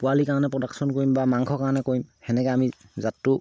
পোৱালিৰ কাৰণে প্ৰডাকশ্যন কৰিম বা মাংস কাৰণে কৰিম সেনেকে আমি জাতটো